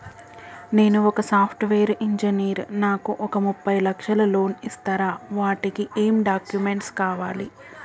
నేను ఒక software engineer నాకు ఒక ముప్పై లక్షల లోన్ ఇస్తరా? వాటికి ఏం డాక్యుమెంట్స్ కావాలి?